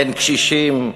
אין קשישים,